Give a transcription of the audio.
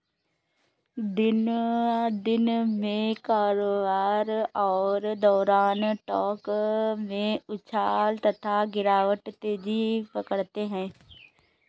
दिन में कारोबार के दौरान टोंक में उछाल तथा गिरावट तेजी पकड़ते हैं